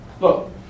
Look